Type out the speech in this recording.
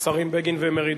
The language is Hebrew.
השרים בגין ומרידור,